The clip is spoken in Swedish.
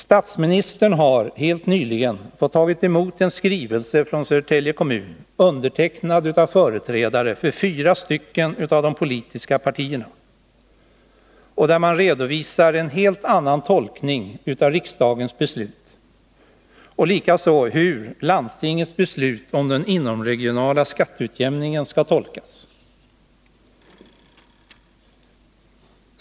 Statsministern har helt nyligen fått ta emot en skrivelse från Södertälje kommun, undertecknad av företrädare för fyra av de politiska partierna. De redovisar där en helt annan tolkning än budgetministern av riksdagens beslut liksom av landstingets beslut om inomregional skatteutjämning.